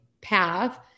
path